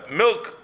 milk